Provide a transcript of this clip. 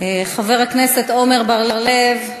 חבר הכנסת עמר בר-לב,